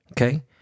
okay